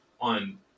on